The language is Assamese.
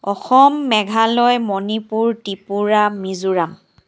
অসম মেঘালয় মনিপুৰ ত্ৰিপুৰা মিজোৰাম